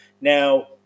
Now